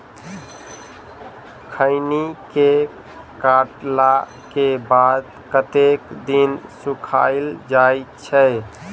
खैनी केँ काटला केँ बाद कतेक दिन सुखाइल जाय छैय?